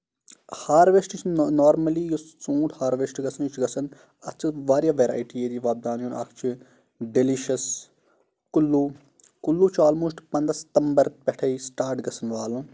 harvest چھُ normally یُس ژوٗنٛٹھ ہارویسٹ گژھان یہِ چھُ گژھان اَتھ چھِ واریاہ ویرایٹی ییٚلہِ یہِ وۄپداونہٕ یِوان اکھ چھُ ڈیلِشس کُلو کُلو چھُ آلموسٹ پندہ ستمبر پٮ۪ٹھٕے سٔٹارٹ گژھان والُن